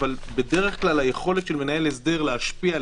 אבל בדרך כלל היכולת של מנהל הסדר להשפיע על